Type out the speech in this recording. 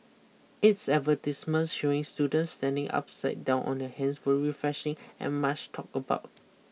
its advertisements showing students standing upside down on their hands were refreshing and much talked about